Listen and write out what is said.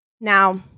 Now